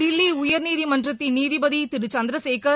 தில்லி உயர்நீதிமன்றத்தின் நீதிபதி திரு சந்திரசேகர்